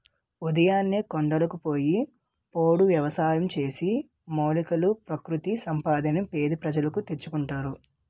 ఉదయాన్నే కొండలకు పోయి పోడు వ్యవసాయం చేసి, మూలికలు, ప్రకృతి సంపదని పేద ప్రజలు తెచ్చుకుంటారు